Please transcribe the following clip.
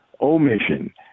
omission